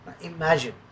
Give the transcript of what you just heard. Imagine